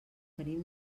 venim